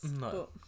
No